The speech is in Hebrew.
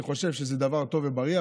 אני חושב שזה דבר טוב ובריא,